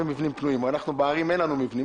אנחנו בערים אין לנו מבנים.